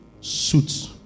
suits